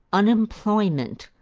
unemployment,